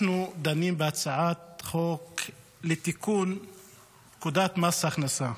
אנחנו דנים בהצעת חוק לתיקון פקודת מס הכנסה.